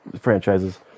franchises